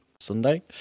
Sunday